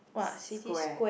square